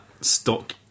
stock